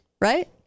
right